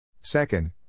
Second